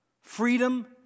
Freedom